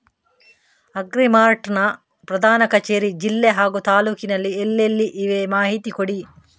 Agri Mart ನ ಪ್ರಧಾನ ಕಚೇರಿ ಜಿಲ್ಲೆ ಹಾಗೂ ತಾಲೂಕಿನಲ್ಲಿ ಎಲ್ಲೆಲ್ಲಿ ಇವೆ ಮಾಹಿತಿ ಕೊಡಿ?